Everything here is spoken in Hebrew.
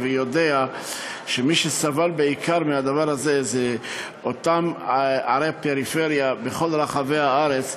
יודע שמי שסבל בעיקר מהדבר הזה היה אותן ערי פריפריה בכל רחבי הארץ,